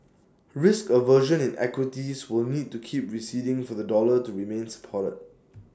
risk aversion in equities will need to keep receding for the dollar to remain supported